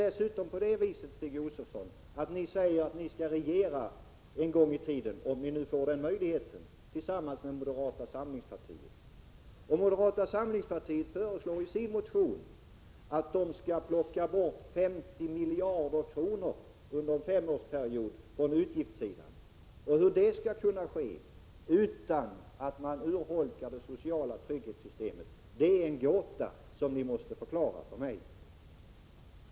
Dessutom säger ni, Stig Josefson, att ni skall regera — om ni nu får den möjligheten — tillsammans med moderata samlingspartiet. Och moderata samlingspartiet föreslår i sin motion att man skall plocka bort 50 miljarder kronor från utgiftssidan under en femårsperiod. Hur det skall kunna ske utan att man urholkar det sociala trygghetssystemet, det är en gåta som ni måste förklara för mig.